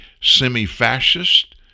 semi-fascist